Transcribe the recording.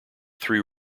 three